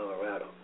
Colorado